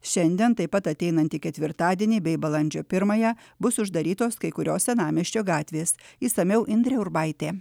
šiandien taip pat ateinantį ketvirtadienį bei balandžio pirmąją bus uždarytos kai kurios senamiesčio gatvės išsamiau indrė urbaitė